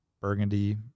burgundy